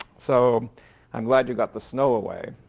so i'm glad you got the snow away.